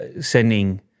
sending